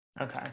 Okay